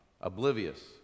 oblivious